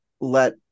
let